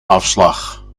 afslag